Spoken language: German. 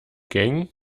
gang